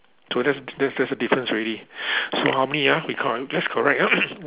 so that's that's that's the difference already so how many ah we count that's correct ah